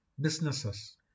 businesses